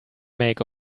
make